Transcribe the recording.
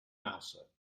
mouser